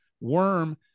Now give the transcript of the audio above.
Worm